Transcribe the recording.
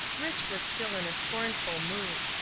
rich. was still in a scornful mood.